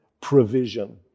provision